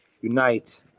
unite